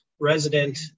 resident